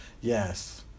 yes